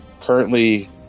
currently